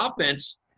offense